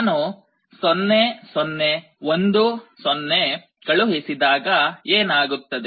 ನಾನು 0 0 1 0 ಕಳುಹಿಸಿದಾಗ ಏನಾಗುತ್ತದೆ